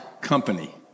company